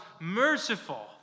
merciful